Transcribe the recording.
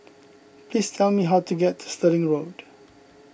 please tell me how to get to Stirling Road